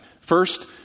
First